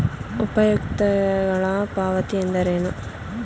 ಉಪಯುಕ್ತತೆಗಳ ಪಾವತಿ ಎಂದರೇನು?